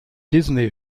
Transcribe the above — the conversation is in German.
disney